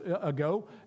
ago